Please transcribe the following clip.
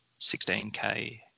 16K